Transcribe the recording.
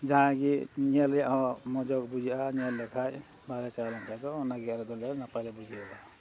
ᱡᱟᱦᱟᱸᱭ ᱜᱮ ᱧᱮᱞ ᱨᱮᱱᱟᱜ ᱦᱚᱸ ᱢᱚᱡᱽᱜᱮ ᱵᱩᱡᱷᱟᱹᱜᱼᱟ ᱧᱮᱞ ᱞᱮᱠᱷᱟᱱ ᱵᱟᱦᱨᱮ ᱪᱟᱞᱟᱣ ᱞᱮᱱᱠᱷᱟᱱ ᱫᱚ ᱚᱱᱟ ᱜᱮ ᱟᱞᱮ ᱫᱚᱞᱮ ᱱᱟᱯᱟᱭ ᱞᱮ ᱵᱩᱡᱷᱟᱹᱣᱟ